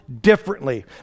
differently